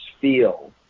feel